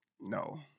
No